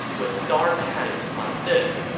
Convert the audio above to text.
with star patterns like this,